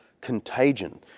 contagion